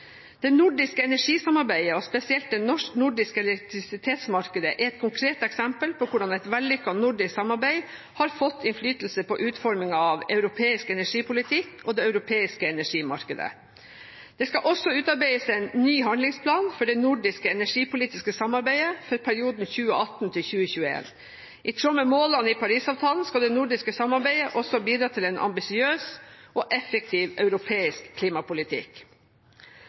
Det nordiske energisamarbeidet, og spesielt det nordiske elektrisitetsmarkedet, er et konkret eksempel på hvordan et vellykket nordisk samarbeid har fått innflytelse på utformingen av europeisk energipolitikk og det europeiske energimarkedet. Det skal også utarbeides en ny handlingsplan for det nordiske energipolitiske samarbeidet for perioden 2018 til 2021. I tråd med målene i Paris-avtalen skal det nordiske samarbeidet også bidra til en ambisiøs og effektiv europeisk klimapolitikk.